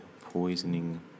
poisoning